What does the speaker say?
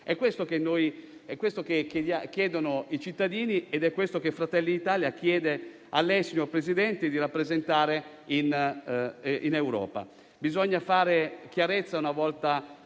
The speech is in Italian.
È questo che chiedono i cittadini ed è ciò che Fratelli d'Italia chiede a lei di rappresentare in Europa. Bisogna fare chiarezza, una volta